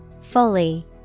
Fully